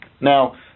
Now